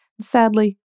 Sadly